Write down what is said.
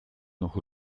noch